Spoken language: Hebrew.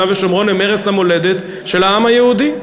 ושומרון הם ערש המולדת של העם היהודי.